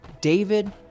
David